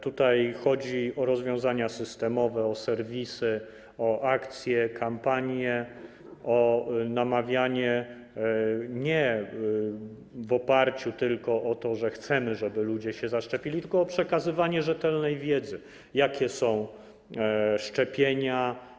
Tutaj chodzi o rozwiązania systemowe, o serwisy, o akcje, o kampanie, o namawianie nie w oparciu jedynie o to, że chcemy, żeby ludzie się zaszczepili, tylko o przekazywanie rzetelnej wiedzy, jakie są szczepienia.